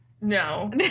No